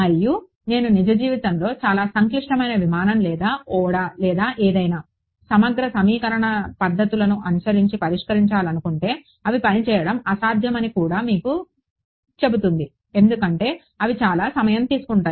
మరియు నేను నిజ జీవితంలో చాలా సంక్లిష్టమైన విమానం లేదా ఓడ లేదా ఏదైనా సమగ్ర సమీకరణ పద్ధతులను అనుకరించి పరిష్కరించాలనుకుంటే అవి పని చేయడం అసాధ్యమని కూడా ఇది మీకు చెబుతుంది ఎందుకంటే అవి చాలా సమయం తీసుకుంటాయి